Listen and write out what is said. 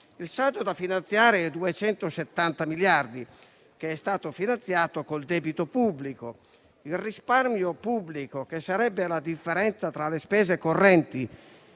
Il saldo da finanziarie è di 270 miliardi ed è stato finanziato con il debito pubblico. Il risparmio pubblico, che sarebbe la differenza tra le spese correnti